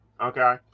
okay